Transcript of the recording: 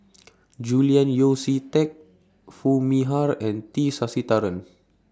Julian Yeo See Teck Foo Mee Har and T Sasitharan